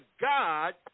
God